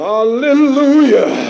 Hallelujah